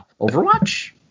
Overwatch